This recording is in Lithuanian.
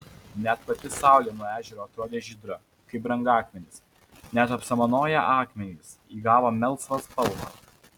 net pati saulė nuo ežero atrodė žydra kaip brangakmenis net apsamanoję akmenys įgavo melsvą spalvą